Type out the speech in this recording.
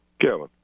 Kevin